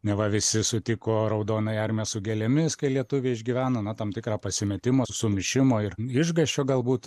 neva visi sutiko raudonąją armiją su gėlėmis kai lietuviai išgyveno na tam tikrą pasimetimo sumišimo ir išgąsčio galbūt